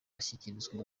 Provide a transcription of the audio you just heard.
ashyikirizwa